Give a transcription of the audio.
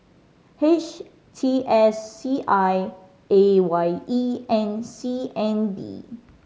H T S C I A Y E and C N B